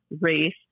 race